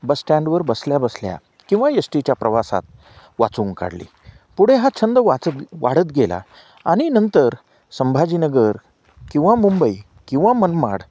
बस स्टँडवर बसल्या बसल्या किंवा यशटीच्या प्रवासात वाचवून काढली पुढे हा छंद वाचत वाढत गेला आणि नंतर संभाजीनगर किंवा मुंबई किंवा मनमाड